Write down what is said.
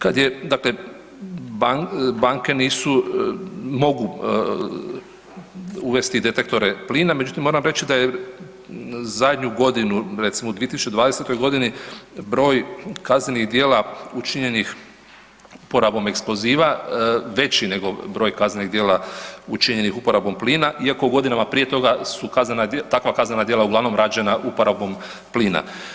Kad je, dakle, banke nisu, mogu uvesti detektore plina, međutim, moram reći da je zadnju godinu recimo, u 2020. g. broj kaznenih djela učinjenih uporabom eksploziva veći nego broj kaznenih djela učinjenih uporabom plina iako godinama prije toga su takva kaznena djela uglavnom rađena uporabom plina.